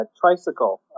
Tricycle